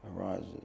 arises